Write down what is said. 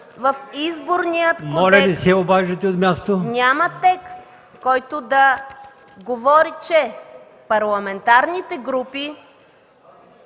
В Изборния кодекс няма текст, който да говори, че парламентарните групи